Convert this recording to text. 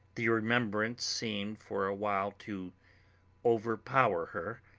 the remembrance seemed for a while to overpower her,